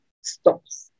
stops